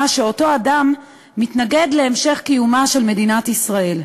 שאותו אדם מתנגד להמשך קיומה של מדינת ישראל.